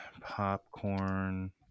Popcorn